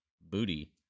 booty